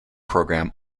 programme